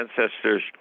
ancestors